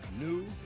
new